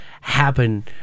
happen